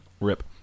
rip